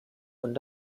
und